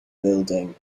building